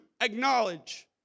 acknowledge